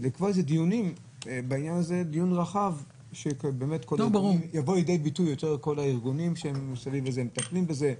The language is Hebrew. לקבוע דיון רחב שיבואו בו לידי ביטוי כל הארגונים שמטפלים בזה,